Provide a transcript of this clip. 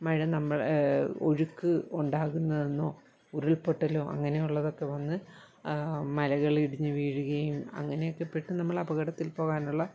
മഴ നമ്മളെ ഒഴുക്ക് ഉണ്ടാകുന്നതെന്നോ ഉരുൾപൊട്ടലോ അങ്ങനെയുള്ളതൊക്കെ വന്ന് മലകൾ ഇടിഞ്ഞുവീഴുകയും അങ്ങനെയൊക്കെ പെട്ട് നമ്മൾ അപകടത്തിൽ പോകാനുള്ള